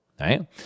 Right